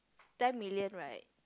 ten million right